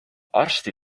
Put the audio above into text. arsti